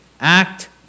act